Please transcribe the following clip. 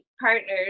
partners